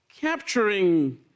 Capturing